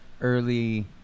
early